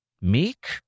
meek